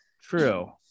True